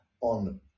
On